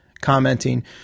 commenting